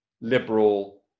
liberal